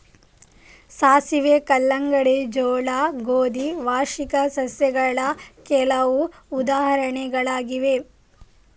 ಸಾಸಿವೆ, ಕಲ್ಲಂಗಡಿ, ಜೋಳ, ಗೋಧಿ ವಾರ್ಷಿಕ ಸಸ್ಯಗಳ ಕೆಲವು ಉದಾಹರಣೆಗಳಾಗಿವೆ